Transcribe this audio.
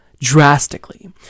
drastically